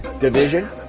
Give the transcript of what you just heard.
division